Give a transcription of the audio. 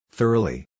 Thoroughly